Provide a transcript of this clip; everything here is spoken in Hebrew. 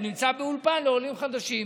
הוא נמצא באולפן לעולים חדשים.